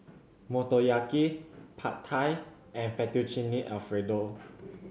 Motoyaki Pad Thai and Fettuccine Alfredo